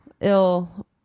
ill